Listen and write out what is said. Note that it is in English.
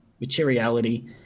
materiality